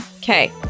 Okay